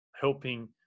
helping